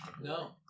No